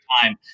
time